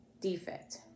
defect